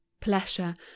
pleasure